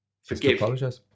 forgive